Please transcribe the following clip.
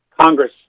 congress